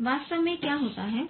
वास्तव में क्या होता है